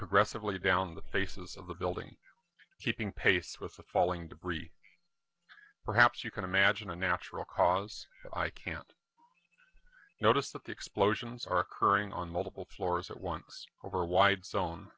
progressively down the faces of the building keeping pace with the falling debris perhaps you can imagine a natural cause i can't notice that the explosions are occurring on multiple floors at once over a wide zone